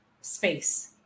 space